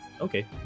Okay